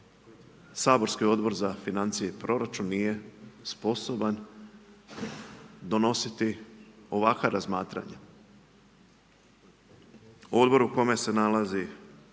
saborski odbor za financije i proračun nije sposoban donositi ovakva razmatranja odboru u kome se nalazi